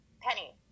penny